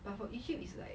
but for egypt is like